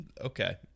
okay